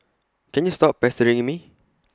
can you stop pestering me